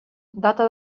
data